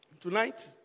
tonight